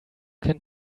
can